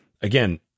again